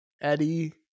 Eddie